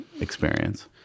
experience